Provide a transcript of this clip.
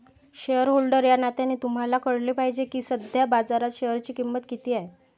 shareholder या नात्याने तुम्हाला कळले पाहिजे की सध्या बाजारात शेअरची किंमत किती आहे